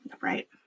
Right